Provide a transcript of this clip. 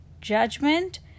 judgment